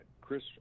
Chris